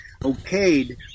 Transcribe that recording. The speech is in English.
okayed